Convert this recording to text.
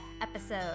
episode